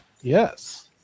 Yes